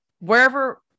wherever